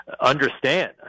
understand